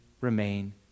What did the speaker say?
remain